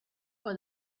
for